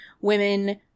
women